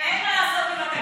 אין מה לעשות עם התקנון.